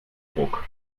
ruck